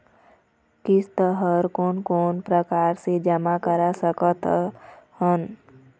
किस्त हर कोन कोन प्रकार से जमा करा सकत हन?